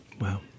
Wow